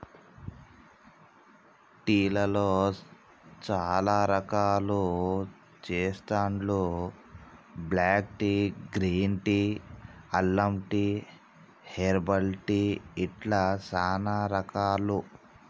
tea లలో చాల రకాలు చెస్తాండ్లు బ్లాక్ టీ, గ్రీన్ టీ, అల్లం టీ, హెర్బల్ టీ ఇట్లా చానా రకాలు